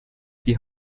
die